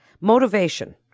motivation